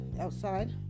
outside